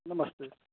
नमस्ते